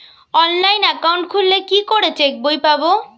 Online account খুললে কি করে চেক বই পাব?